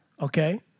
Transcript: Okay